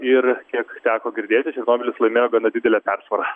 ir kiek teko girdėti černobylis laimėjo gana didele persvara